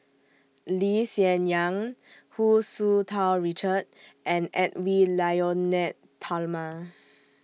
Lee Hsien Yang Hu Tsu Tau Richard and Edwy Lyonet Talma